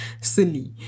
silly